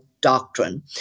doctrine